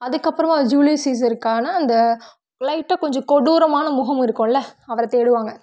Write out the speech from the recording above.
அதுக்கப்புறமா அந்த ஜூலியஸ் சீசருக்கான அந்த லைட்டாக கொஞ்சம் கொடூரமான முகம் இருக்கும்ல அவரை தேடுவாங்க